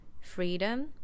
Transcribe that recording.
freedom